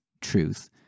truth